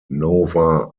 nova